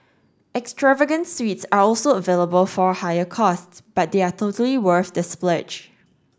extravagant suites are also available for a higher cost but they are totally worth the splurge